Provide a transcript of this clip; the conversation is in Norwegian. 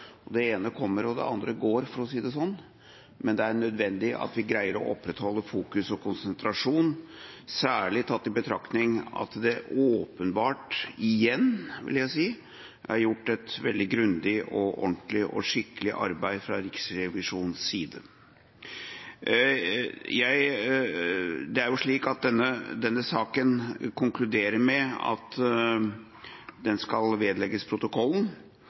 konstitusjonskomiteen, det ene kommer og det andre går, for å si det sånn, men det er nødvendig at vi greier å opprettholde fokus og konsentrasjon, særlig tatt i betraktning av at det åpenbart – igjen, vil jeg si – er gjort et veldig grundig, ordentlig og skikkelig arbeid fra Riksrevisjonens side. Det er jo slik at man i denne saken konkluderer med at den skal vedlegges protokollen.